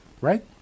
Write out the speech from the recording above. right